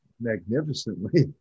magnificently